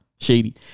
shady